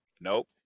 Nope